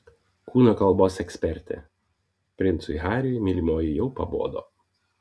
kūno kalbos ekspertė princui hariui mylimoji jau pabodo